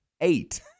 Eight